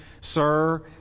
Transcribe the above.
Sir